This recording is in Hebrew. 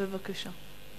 בבקשה.